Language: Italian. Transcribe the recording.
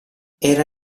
era